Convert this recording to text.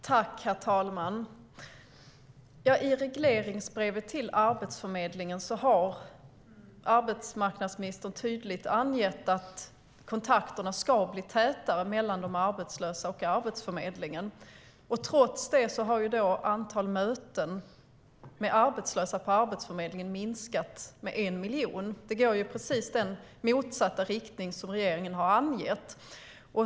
Herr talman! I regleringsbrevet till Arbetsförmedlingen har arbetsmarknadsministern tydligt angett att kontakterna ska bli tätare mellan de arbetslösa och Arbetsförmedlingen. Trots det har antalet möten med arbetslösa på Arbetsförmedlingen minskat med en miljon. Det går i precis motsatt riktning i förhållande till vad regeringen har angett.